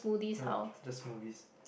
no just smoothie